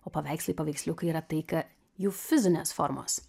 o paveikslai paveiksliukai yra tai ką jų fizinės formos